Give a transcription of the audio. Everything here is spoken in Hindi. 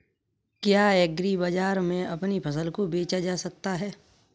क्या एग्रीबाजार में अपनी फसल को बेचा जा सकता है?